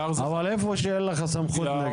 אבל גם למקומות שאין לך סמכות.